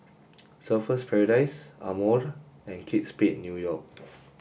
Surfer's Paradise Amore and Kate Spade New York